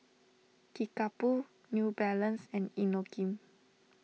Kickapoo New Balance and Inokim